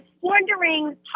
wondering